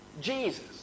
Jesus